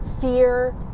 fear